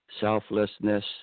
selflessness